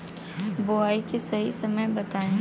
बुआई के सही समय बताई?